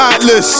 Atlas